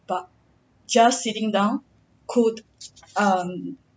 but just sitting down could um